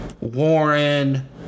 Warren